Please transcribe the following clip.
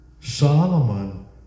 Solomon